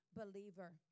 believer